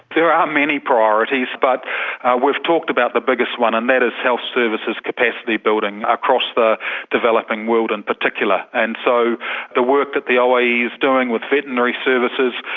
there are many priorities, but we've talked about the biggest one and that is health services capacity building across the developing world in particular. and so the work that the ah oie yeah is doing with veterinary services,